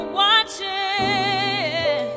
watching